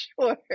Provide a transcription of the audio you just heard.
sure